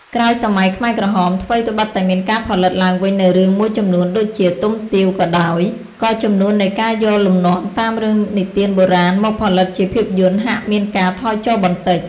ក្រោយសម័យខ្មែរក្រហម ថ្វីត្បិតតែមានការផលិតឡើងវិញនូវរឿងមួយចំនួនដូចជា "ទុំទាវ" ក៏ដោយ ក៏ចំនួននៃការយកលំនាំតាមរឿងនិទានបុរាណមកផលិតជាភាពយន្តហាក់មានការថយចុះបន្តិច។